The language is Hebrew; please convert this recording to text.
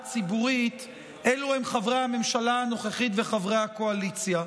ציבורית הם חברי הממשלה הנוכחית וחברי הקואליציה,